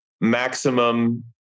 maximum